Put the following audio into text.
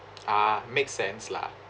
ah make sense lah